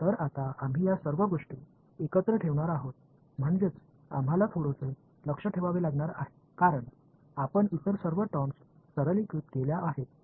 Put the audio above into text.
तर आता आम्ही या सर्व गोष्टी एकत्र ठेवणार आहोत म्हणजेच आम्हाला थोडेसे लक्ष ठेवावे लागणार आहे कारण आपण इतर सर्व टर्म्स सरलीकृत केल्या आहेत